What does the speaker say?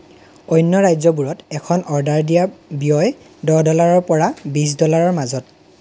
অন্য ৰাজ্যবোৰত এখন অৰ্ডাৰ দিয়াৰ ব্যয় দহ ডলাৰৰ পৰা বিছ ডলাৰৰ মাজত